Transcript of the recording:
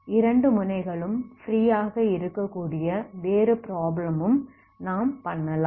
இரண்டு முனைகளும் ஃப்ரீ ஆக இருக்க கூடிய வேறு ப்ராப்ளம் ம் நாம் பண்ணலாம்